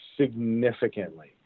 significantly